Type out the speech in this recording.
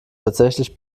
tatsächlich